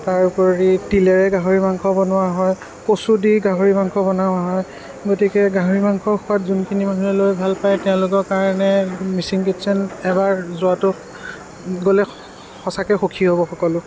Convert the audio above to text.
তাৰোপৰি তিলেৰে গাহৰি মাংস বনোৱা হয় কচু দি গাহৰি মাংস বনোৱা হয় গতিকে গাহৰি মাংসৰ সোৱাদ যোনখিনি মানুহে লৈ ভাল পায় তেওঁলোকৰ কাৰণে মিচিং কিটচেন এবাৰ যোৱাতো গ'লে সঁচাকৈ সুখী হ'ব সকলো